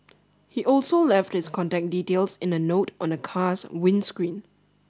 he also left his contact details in a note on the car's windscreen